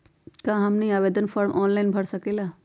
क्या हमनी आवेदन फॉर्म ऑनलाइन भर सकेला?